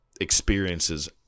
experiences